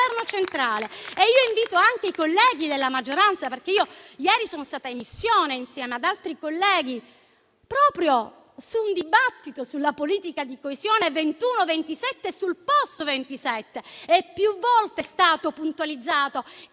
il Governo centrale.